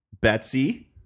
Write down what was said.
Betsy